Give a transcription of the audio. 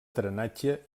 drenatge